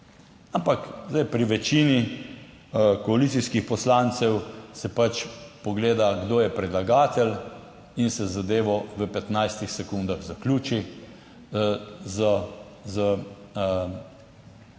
se pri večini koalicijskih poslancev pogleda, kdo je predlagatelj, in se zadevo v 15. sekundah zaključi s palcem